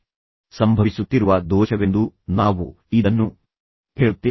ನಿಮ್ಮ ಗ್ರಹಿಕೆಯಿಂದಾಗಿ ಸಂಭವಿಸುತ್ತಿರುವ ದೋಷವೆಂದು ನಾವು ಇದನ್ನು ಹೇಳುತ್ತೇವೆ